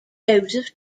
joseph